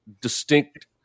distinct